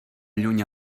lluny